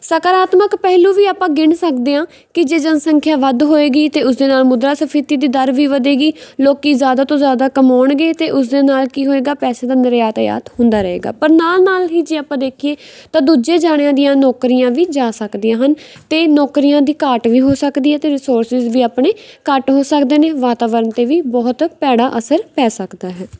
ਸਕਾਰਾਤਮਕ ਪਹਿਲੂ ਵੀ ਆਪਾਂ ਗਿਣ ਸਕਦੇ ਹਾਂ ਕਿ ਜੇ ਜਨਸੰਖਿਆ ਵੱਧ ਹੋਵੇਗੀ ਅਤੇ ਉਸ ਦੇ ਨਾਲ ਮੁਦਰਾ ਸਫੀਤੀ ਦੀ ਦਰ ਵੀ ਵਧੇਗੀ ਲੋਕ ਜ਼ਿਆਦਾ ਤੋਂ ਜ਼ਿਆਦਾ ਕਮਾਉਣਗੇ ਅਤੇ ਉਸ ਦੇ ਨਾਲ ਕੀ ਹੋਵੇਗਾ ਪੈਸੇ ਦਾ ਨਿਰਯਾਤਾ ਯਾਤ ਹੁੰਦਾ ਰਹੇਗਾ ਪਰ ਨਾਲ ਨਾਲ ਹੀ ਜੇ ਆਪਾਂ ਦੇਖੀਏ ਤਾਂ ਦੂਜੇ ਜਣਿਆਂ ਦੀਆਂ ਨੌਕਰੀਆਂ ਵੀ ਜਾ ਸਕਦੀਆਂ ਹਨ ਅਤੇ ਨੌਕਰੀਆਂ ਦੀ ਘਾਟ ਵੀ ਹੋ ਸਕਦੀ ਹੈ ਅਤੇ ਰਿਸੋਰਸਿਸ ਵੀ ਆਪਣੇ ਘੱਟ ਹੋ ਸਕਦੇ ਨੇ ਵਾਤਾਵਰਨ 'ਤੇ ਵੀ ਬਹੁਤ ਭੈੜਾ ਅਸਰ ਪੈ ਸਕਦਾ ਹੈ